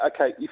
okay